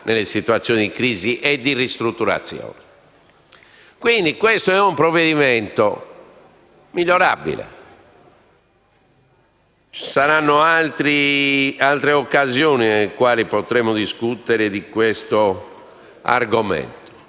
Quindi questo è un provvedimento migliorabile. Ci saranno altre occasioni nelle quali potremo discutere di questo argomento,